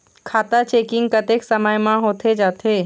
खाता चेकिंग कतेक समय म होथे जाथे?